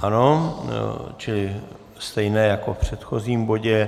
Ano, čili stejně jako v předchozím bodě.